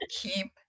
keep